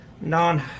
non